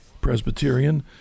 Presbyterian